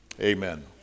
Amen